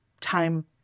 time